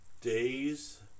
days